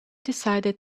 decided